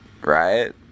right